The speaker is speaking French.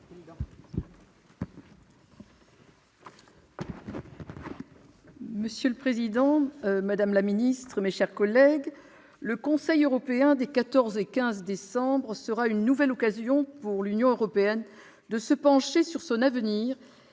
Monsieur le président, madame la ministre, mes chers collègues, le Conseil européen des 14 et 15 décembre prochain sera une nouvelle occasion pour l'Union européenne de se pencher sur son avenir